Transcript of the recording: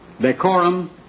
decorum